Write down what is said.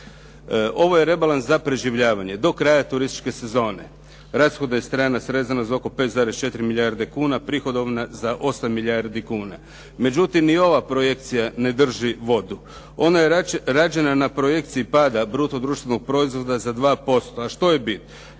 Ovo je rebalans za preživljavanje do kraja turističke sezone. Rashodna je strana srezana za oko 5,4 milijarde kuna, prihodovna za 8 milijardi kuna. međutim, ni ova projekcija ne drži vodu. Ona je rađena na projekciji pada bruto društvenog proizvoda za 2%. A što je bit?